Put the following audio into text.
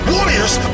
Warriors